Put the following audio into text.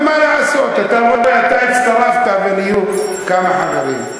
מה לעשות, אתה רואה, אתה הצטרפת ונהיו כמה חברים.